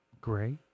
Gray